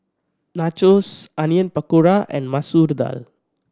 Nachos Onion Pakora and Masoor Dal